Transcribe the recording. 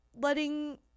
letting